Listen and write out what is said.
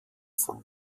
von